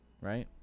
Right